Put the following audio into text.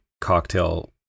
cocktail